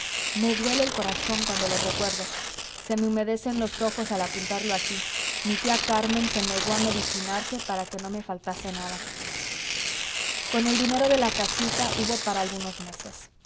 me duele el corazón cuando lo recuerdo se me humedecen los ojos al apuntarlo aquí mi tía carmen se negó a medicinarse para que no me faltase nada con el dinero de la casita hubo para algunos meses